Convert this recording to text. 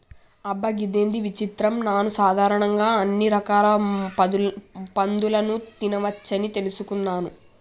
అబ్బ గిదేంది విచిత్రం నాను సాధారణంగా అన్ని రకాల పందులని తినవచ్చని తెలుసుకున్నాను